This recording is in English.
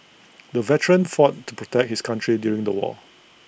the veteran fought to protect his country during the war